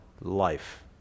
life